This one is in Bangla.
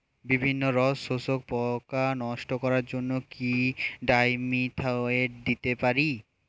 বিভিন্ন রস শোষক পোকা নষ্ট করার জন্য কি ডাইমিথোয়েট দিতে পারি?